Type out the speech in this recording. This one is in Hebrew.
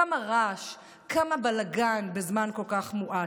כמה רעש, כמה בלגן בזמן כל כך מועט.